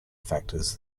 factors